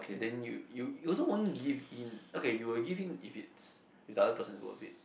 then you you you also won't give in okay you will give in if it's this other person is worth it